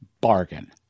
bargain